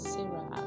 Sarah